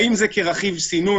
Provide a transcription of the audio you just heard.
האם זה כרכיב סינון,